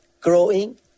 growing